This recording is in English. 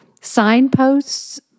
signposts